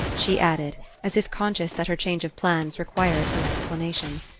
she added, as if conscious that her change of plans required some explanation.